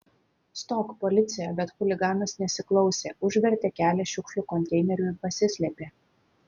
stok policija bet chuliganas nesiklausė užvertė kelią šiukšlių konteineriu ir pasislėpė